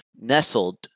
nestled